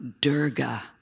Durga